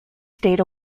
stayed